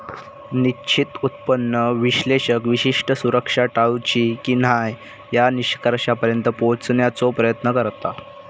निश्चित उत्पन्न विश्लेषक विशिष्ट सुरक्षा टाळूची की न्हाय या निष्कर्षापर्यंत पोहोचण्याचो प्रयत्न करता